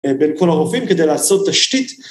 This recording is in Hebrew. ‫בין כל הרופאים כדי לעשות תשתית,